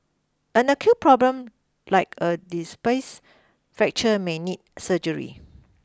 an acute problem like a displaced fracture may need surgery